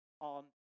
on